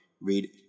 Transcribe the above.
read